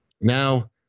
Now